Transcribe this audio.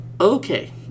Okay